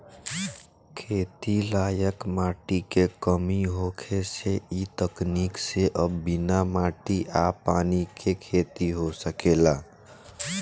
खेती लायक माटी के कमी होखे से इ तकनीक से अब बिना माटी आ पानी के खेती हो सकेला